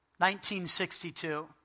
1962